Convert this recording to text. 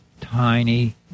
tiny